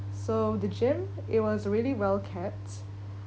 so the gym it was really well kept